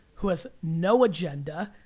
who has no agenda,